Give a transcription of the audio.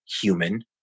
human